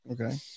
Okay